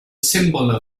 symbol